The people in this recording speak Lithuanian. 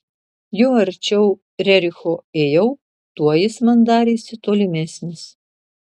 juo arčiau rericho ėjau tuo jis man darėsi tolimesnis